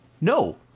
No